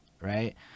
right